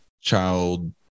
child